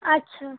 আচ্ছা